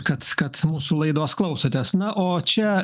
kad kad mūsų laidos klausotės na o čia